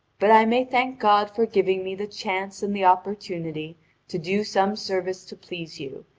but i may thank god for giving me the chance and the opportunity to do some service to please you,